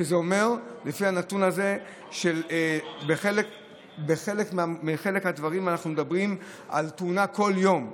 שאומר שבחלק מהדברים אנחנו מדברים על תאונה כל יום.